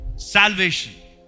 Salvation